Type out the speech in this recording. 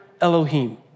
Elohim